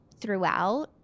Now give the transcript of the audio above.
throughout